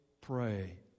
pray